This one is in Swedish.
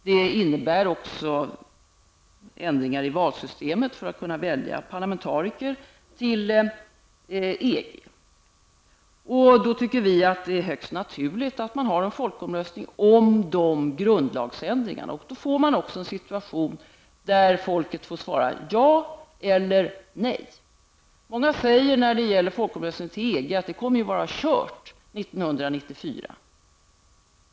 Det innebär också ändringar i valsystemet för att man skall kunna välja parlamentariker till EG. Då tycker vi att det är högst naturligt att man har en folkomröstning om de grundlagsändringarna. Folk får en möjlighet att svara ja eller nej. När det gäller en folkomröstning till EG säger många att det kommer att vara kört 1994.